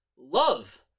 Love